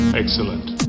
Excellent